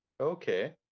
okay